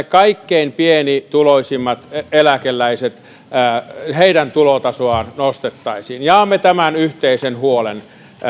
kaikkein pienituloisimpien eläkeläisten tulotasoa nostettaisiin jaamme tämän yhteisen huolen